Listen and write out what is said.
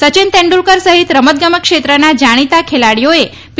સયીન તેંડુલકર સહિત રમત ગમત ક્ષેત્રના જાણીતા ખેલાડીઓએ પી